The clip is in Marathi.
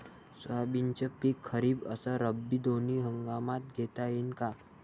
सोयाबीनचं पिक खरीप अस रब्बी दोनी हंगामात घेता येईन का?